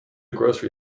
grocery